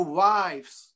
wives